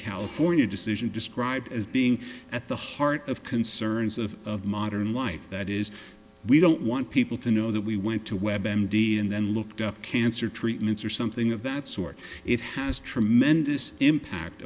california decision described as being at the heart of concerns of of modern life that is we don't want people to know that we went to web m d and then looked up cancer treatments or something of that sort it has tremendous impact